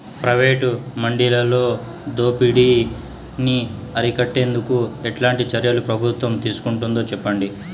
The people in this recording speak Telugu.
ప్రైవేటు మండీలలో దోపిడీ ని అరికట్టేందుకు ఎట్లాంటి చర్యలు ప్రభుత్వం తీసుకుంటుందో చెప్పండి?